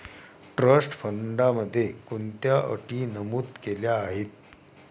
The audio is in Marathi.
ट्रस्ट फंडामध्ये कोणत्या अटी नमूद केल्या आहेत?